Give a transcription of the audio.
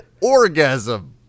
orgasm